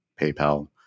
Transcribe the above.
PayPal